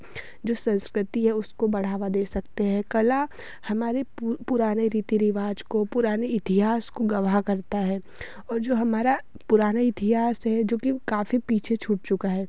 जो संस्कृति है उसको बढ़ावा दे सकते हैं कला हमारे पुराने रीति रिवाज़ को पुराने इतिहास को गवाह करता है और जो हमारा पुराना इतिहास है जो कि काफ़ी पीछे छूट चुका है